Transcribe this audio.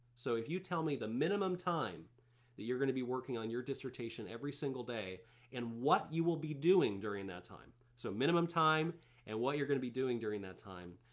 so if you tell me the minimum time that you're gonna be working on your dissertation every single day and what you will be doing during that time. so minimum time and what you're gonna be doing during that time.